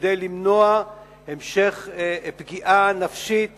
כדי למנוע המשך פגיעה נפשית